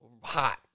hot